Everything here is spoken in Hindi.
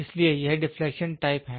इसलिए यह डिफलेक्शन टाइप है